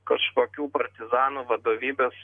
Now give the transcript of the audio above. kažkokių partizanų vadovybės